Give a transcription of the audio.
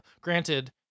Granted